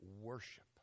worship